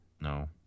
no